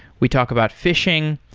we talk about phishing,